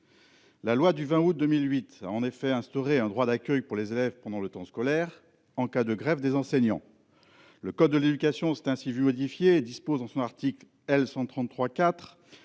La loi du 20 août 2008 a en effet instauré un droit d'accueil pour les élèves pendant le temps scolaire en cas de grève des enseignants. Le code de l'éducation dispose ainsi, en son article L. 133-4